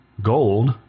Gold